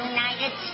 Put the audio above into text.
United